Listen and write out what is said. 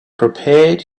prepared